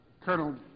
Colonel